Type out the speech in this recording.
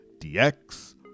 DX